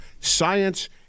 Science